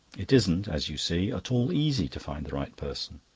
it isn't, as you see, at all easy to find the right person.